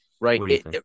Right